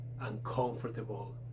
uncomfortable